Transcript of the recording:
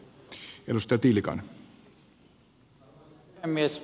arvoisa puhemies